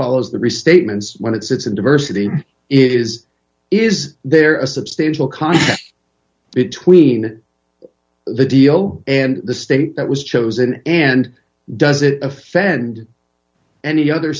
follows the restatements when it sits in diversity is is there a substantial cost between the deal and the state that was chosen and does it offend any other